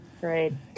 great